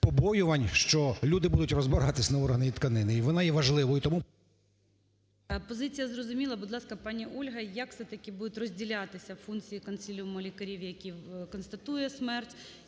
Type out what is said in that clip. побоювань, що люди будуть розбиратись на органи і тканини. І вона є важливою тому… ГОЛОВУЮЧИЙ. Позиція зрозуміла. Будь ласка, пані Ольга. Як все-таки будуть розділятися функції консиліуму лікарів, який констатують смерть?